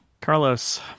Carlos